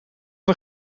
een